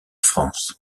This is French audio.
france